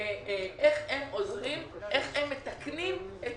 איך הם עוזרים ואיך הם מתקנים את